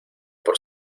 por